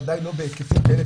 בוודאי לא בהיקפים כאלה,